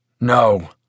No